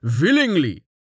willingly